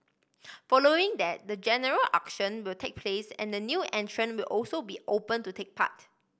following that the general auction will take place and the new entrant will also be open to take part